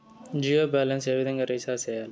Jio balance ఏ విధంగా recharge సేయాలి?